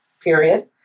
Period